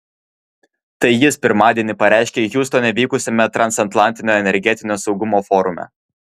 tai jis pirmadienį pareiškė hjustone vykusiame transatlantinio energetinio saugumo forume